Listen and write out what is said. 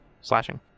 Slashing